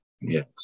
Yes